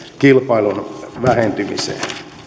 kilpailun vähentymiseen